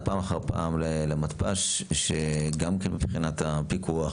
פעם אחר פעם למתפ"ש שגם כן מבחינת הפיקוח,